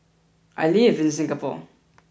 I live in Singapore